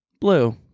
blue